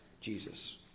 Jesus